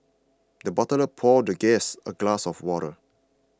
the butler poured the guest a glass of water